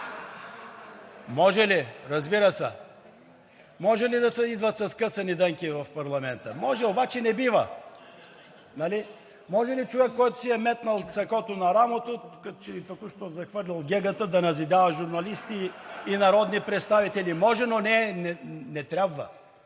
Може ли? Разбира се. Може ли да се идва със скъсани дънки в парламента? Може, обаче не бива! Може ли човек, който си е метнал сакото на рамото, като че ли току-що е захвърлил гегата, да назидава журналисти и народни представители? (Оживление и смях.)